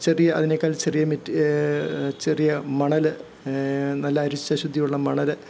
ചെറിയ അതിനേക്കാൾ ചെറിയ മെറ്റ് ചെറിയ മണൽ നല്ല അരിച്ച ശുദ്ധിയുള്ള മണൽ